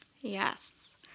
Yes